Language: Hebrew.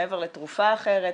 מעבר לתרופה אחרת,